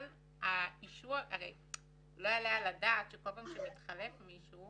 אבל לא יעלה על שכל פעם שמתחלף מישהו